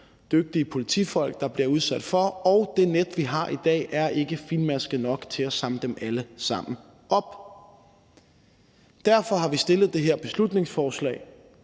dygtige politifolk der bliver udsat for, og det net, vi har i dag, er ikke fintmasket nok til at samle dem alle sammen op. Derfor har vi fremsat det her beslutningsforslag